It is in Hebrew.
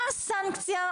מה הסנקציה,